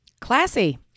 Classy